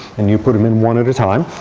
and you put them in one at a time.